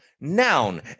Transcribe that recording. noun